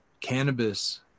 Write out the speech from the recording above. cannabis